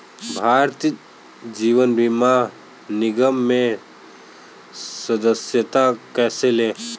भारतीय जीवन बीमा निगम में सदस्यता कैसे लें?